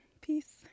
peace